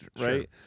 right